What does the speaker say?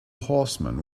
horsemen